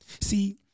See